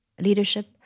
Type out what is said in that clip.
leadership